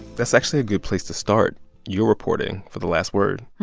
that's actually a good place to start your reporting for the last word